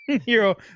hero